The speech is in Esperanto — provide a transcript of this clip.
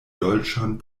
dolĉan